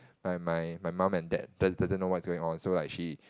my my my mum and dad do~ doesn't know what's going on so like she